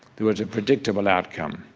there was a predictable outcome